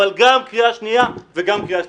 אבל גם קריאה שניה וגם קריאה שלישית.